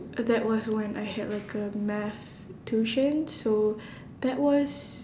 that was when I had like a math tuition so that was